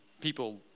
people